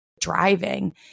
Driving